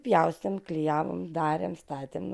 pjaustėm klijavom darėm statėm